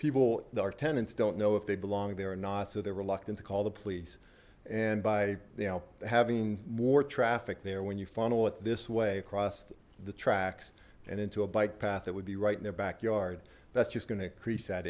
people our tenants don't know if they belong there or not so they're reluctant to call the police and by you know having more traffic there when you funnel it this way across the tracks and into a bike path that would be right in their backyard that's just going to increase